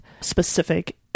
specific